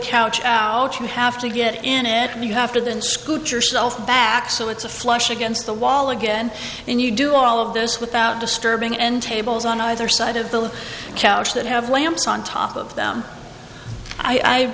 couch out you have to get in it and you have to then scoot yourself back so it's a flush against the wall again and you do all of those without disturbing end tables on either side of the couch that have lamps on top of them